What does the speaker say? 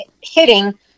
hitting